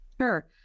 Sure